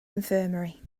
infirmary